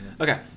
okay